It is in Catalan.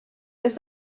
des